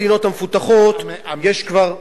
ברוב המדינות המפותחות יש כבר,